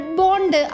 bond